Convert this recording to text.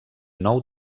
nou